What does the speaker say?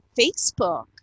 Facebook